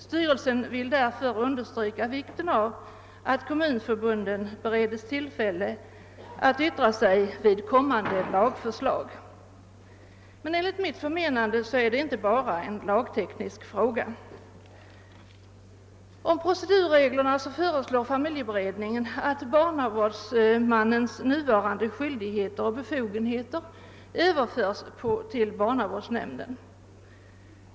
Styrelsen vill därför understryka vikten av att kommunförbunden beredes tillfälle att yttra sig över kommande lagförslag.» Men enligt mitt förmenande är det inte bara en lagteknisk fråga. Beträffande procedurreglerna föreslår familjeberedningen att barnavårdsmannens nuvarande skyldigheter och befogenheter överförs till barnavårds nämnden.